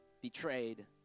betrayed